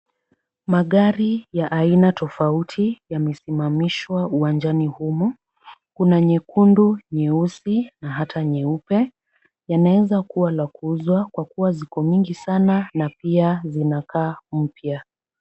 Magari ya aina tofauti yamesimamishwa uwanjani humu. Kuna nyekundu, nyeusi na hata nyeupe. Yanaweza kuwa la kuuzwa kwa kuwa ziko nyingi sana na pia zinakaa mpya.